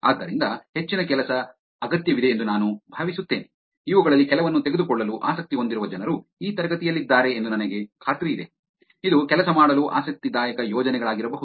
ಆದ್ದರಿಂದ ಹೆಚ್ಚಿನ ಕೆಲಸ ಅಗತ್ಯವಿದೆಯೆಂದು ನಾನು ಭಾವಿಸುತ್ತೇನೆ ಇವುಗಳಲ್ಲಿ ಕೆಲವನ್ನು ತೆಗೆದುಕೊಳ್ಳಲು ಆಸಕ್ತಿ ಹೊಂದಿರುವ ಜನರು ಈ ತರಗತಿಯಲ್ಲಿದ್ದಾರೆ ಎಂದು ನನಗೆ ಖಾತ್ರಿಯಿದೆ ಇದು ಕೆಲಸ ಮಾಡಲು ಆಸಕ್ತಿದಾಯಕ ಯೋಜನೆಗಳಾಗಿರಬಹುದು